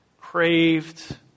craved